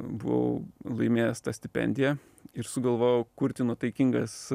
buvau laimėjęs stipendiją ir sugalvojau kurti nuotaikingas